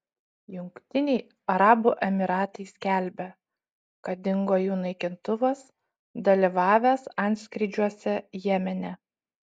jungtiniai arabų emyratai skelbia kad dingo jų naikintuvas dalyvavęs antskrydžiuose jemene